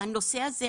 הנושא הזה,